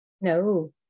No